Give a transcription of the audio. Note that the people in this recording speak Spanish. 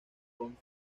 con